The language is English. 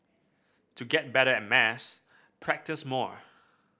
to get better at maths practise more